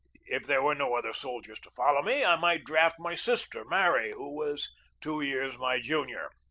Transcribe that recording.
if there were no other soldiers to follow me, i might draft my sister mary, who was two years my junior.